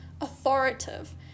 authoritative